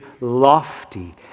lofty